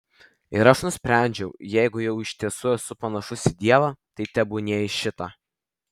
ir aš nusprendžiau jeigu jau iš tiesų esu panašus į dievą tai tebūnie į šitą